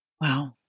Wow